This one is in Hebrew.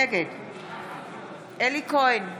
נגד אלי כהן,